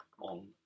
on